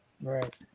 Right